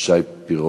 שי פירון.